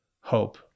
hope